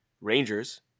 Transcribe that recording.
Rangers